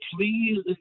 please